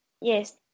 yes